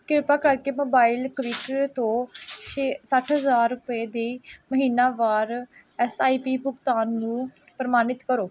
ਕਿਰਪਾ ਕਰਕੇ ਮੋਬਾਈਲਕਵਿਕ ਤੋਂ ਛੇ ਸੱਠ ਹਜ਼ਾਰ ਰੁਪਏ ਦੀ ਮਹੀਨਾਵਾਰ ਐੱਸ ਆਈ ਪੀ ਭੁਗਤਾਨ ਨੂੰ ਪ੍ਰਮਾਣਿਤ ਕਰੋ